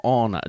on